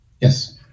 Yes